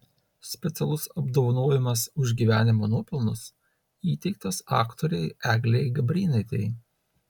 specialus apdovanojimas už gyvenimo nuopelnus įteiktas aktorei eglei gabrėnaitei